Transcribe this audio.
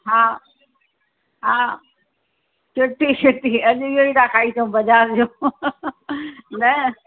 हा हा सुठो सुठो अॼु इहो ई था खाई अचूं बज़ारि जो न